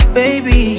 baby